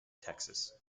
texas